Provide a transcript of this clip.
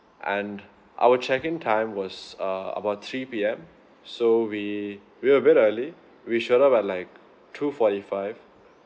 and our check in time was err about three P_M so we we were a bit early we showed up like two forty five